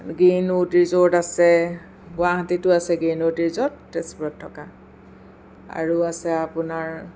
Greenwood resort আছে গুৱাহাটীতো আছে গ্ৰীণউড ৰিজ'ৰ্ট তেজপুৰত থকা আৰু আছে আপোনাৰ